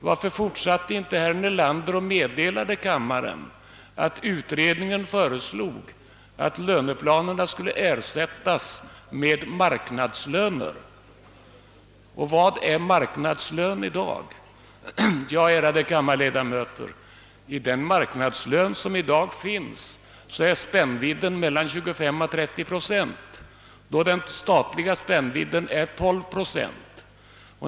Varför fortsatte inte herr Nelander och meddelade kammaren att utredningen föreslog, att löneplanerna skulle ersättas med marknadslöner? Och vad är marknadslön i dag? Ja, ärade kammarledamöter, i "den marknadslön som i dag utgår är spännwvidden mellan 25 och 30 procent, medan den statliga spännvidden är 12 procent.